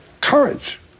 courage